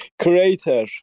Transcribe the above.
creator